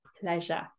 pleasure